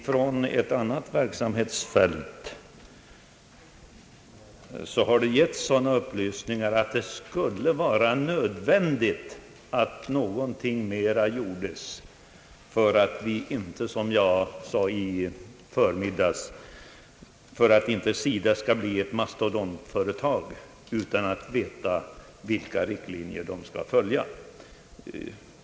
Från ett annat verksamhetsfält har det givits sådana upplysningar att det skulle vara nödvändigt att någonting mera gjordes för att inte, som jag sade i förmiddags, SIDA skall bli ett mastodontföretag utan att man vet vilka riktlinjer man skall följa.